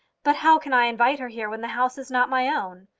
but how can i invite her here, when the house is not my own?